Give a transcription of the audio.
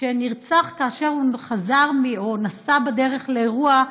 שנרצח כאשר חזר או נסע בדרך לאירוע,